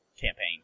campaign